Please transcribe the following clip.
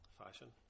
fashion